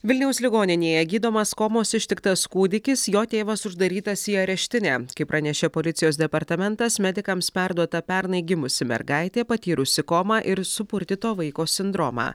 vilniaus ligoninėje gydomas komos ištiktas kūdikis jo tėvas uždarytas į areštinę kaip pranešė policijos departamentas medikams perduota pernai gimusi mergaitė patyrusi komą ir supurtyto vaiko sindromą